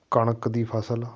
ਕਣਕ ਦੀ ਫਸਲ